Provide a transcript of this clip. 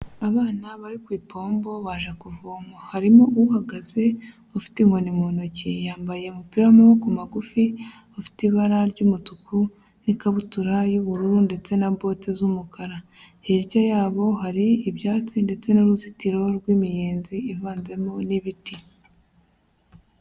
Abana bari ku ipombo baje kuvoma, harimo uhagaze ufite inkoni mu ntoki yambaye umupira w'amaboko magufi ufite ibara ry'umutuku n'ikabutura y'ubururu ndetse na bote z'umukara. Hirya yabo hari ibyatsi ndetse n'uruzitiro rw'imiyenzi ivanzemo n'ibiti.